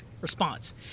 Response